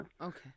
Okay